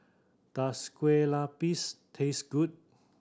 does Kuih Lopes taste good